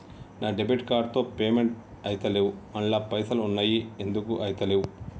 నా debit card తో payment ఐతలేవ్ అండ్ల పైసల్ ఉన్నయి ఎందుకు ఐతలేవ్?